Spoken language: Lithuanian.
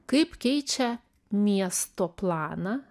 kaip keičia miesto planą